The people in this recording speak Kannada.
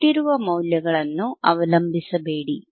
ಕೊಟ್ಟಿರುವ ಮೌಲ್ಯಗಳನ್ನು ಅವಲಂಬಿಸಬೇಡಿ